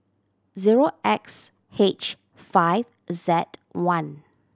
zero X H five Z one